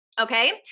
Okay